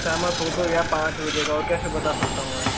सहमत हो तो गया पाँच बजे का और कैसे बता सकता हूँ मैं